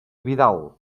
vidal